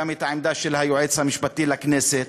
גם את העמדה של היועץ המשפטי לכנסת,